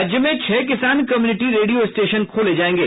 राज्य में छह किसान कम्यूनिटी रेडियो स्टेशन खोले जायेंगे